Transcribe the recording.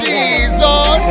Jesus